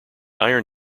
iron